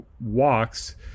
walks